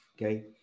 okay